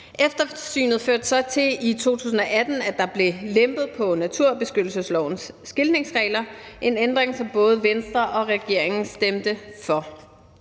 Eftersynet førte så til, at der i 2018 blev lempet på naturbeskyttelseslovens skiltningsregler – en ændring, som både Venstre og regeringen stemte for.